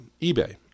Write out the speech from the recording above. eBay